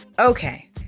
Okay